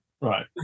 Right